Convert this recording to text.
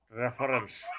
reference